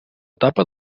etapa